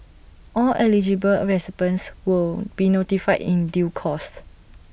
all eligible recipients will be notified in due course